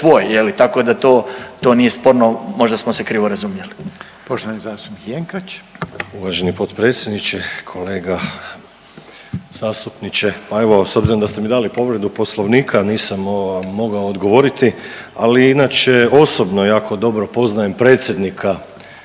tako da to, to nije sporno, možda smo se krivo razumjeli. **Reiner, Željko (HDZ)** Poštovani zastupnik Jenkač. **Jenkač, Siniša (HDZ)** Uvaženi potpredsjedniče, kolega zastupniče, pa evo, s obzirom da ste mi dali povredu Poslovnika, nisam vam mogao odgovoriti, ali inače, osobno jako dobro poznajem predsjednika